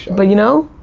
but you know,